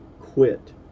quit